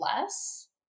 less